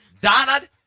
Donald